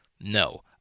No